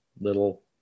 little